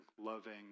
loving